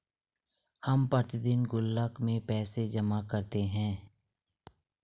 हम प्रतिदिन गुल्लक में पैसे जमा करते है